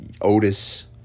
Otis